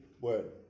word